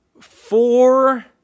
Four